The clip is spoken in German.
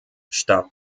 starb